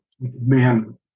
man